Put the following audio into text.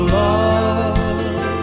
love